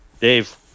Dave